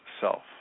self